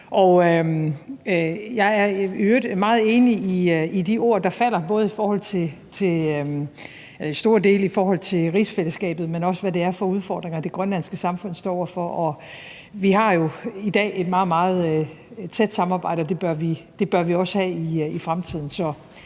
øvrigt meget enig i de ord, der falder, både i store dele i forhold til rigsfællesskabet, men også i forhold til hvad det er for udfordringer, det grønlandske samfund står over for. Vi har jo i dag et meget, meget tæt samarbejde, og det bør vi også have i fremtiden.